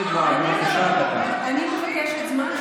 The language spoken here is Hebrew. לא להפריע, כי אחרת אני אוציא אחד-אחד מהאולם.